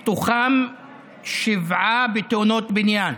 ומתוכם שבעה בתאונות בניין.